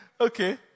Okay